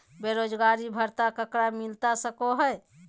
बेरोजगारी भत्ता ककरा मिलता सको है?